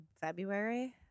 February